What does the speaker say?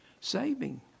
saving